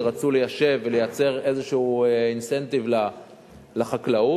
כשרצו ליישב ולייצר איזה אינסנטיב לחקלאות.